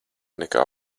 nekā